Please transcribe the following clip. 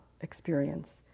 experience